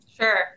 sure